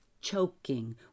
choking